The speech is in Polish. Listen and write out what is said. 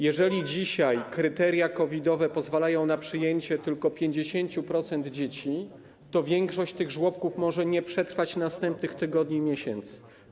Jeżeli dzisiaj kryteria COVID-owe pozwalają na przyjęcie tylko 50% dzieci, to większość tych żłobków może nie przetrwać następnych tygodni i miesięcy.